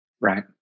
Right